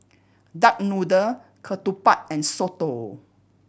duck noodle ketupat and soto